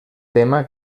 tema